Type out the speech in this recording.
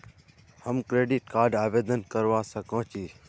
हम credit card आवेदन करवा संकोची?